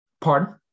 Pardon